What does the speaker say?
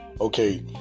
okay